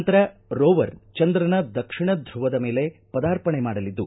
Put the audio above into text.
ನಂತರ ರೋವರ್ ಚಂದ್ರನ ದಕ್ಷಿಣ ದುವದ ಮೇಲೆ ಪದಾರ್ಪಣೆ ಮಾಡಲಿದ್ದು